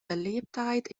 beliebtheit